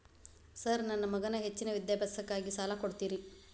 Sir ನನ್ನ ಮಗನ ಹೆಚ್ಚಿನ ವಿದ್ಯಾಭ್ಯಾಸಕ್ಕಾಗಿ ಸಾಲ ಕೊಡ್ತಿರಿ?